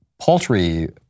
paltry